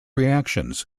reactions